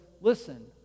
listen